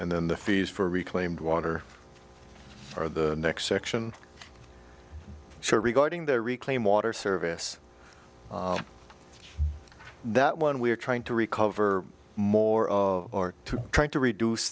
and then the fees for reclaimed water for the next section sure regarding the reclaim water service that one we are trying to recover more or to trying to reduce